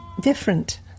Different